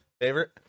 favorite